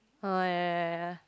oh ya ya ya ya